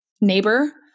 neighbor